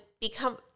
become